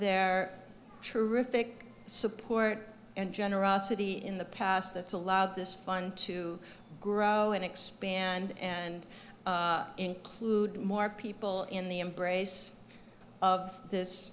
thick support and generosity in the past that's allowed this fund to grow and expand and include more people in the embrace of this